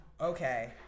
Okay